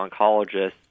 oncologist